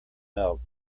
milk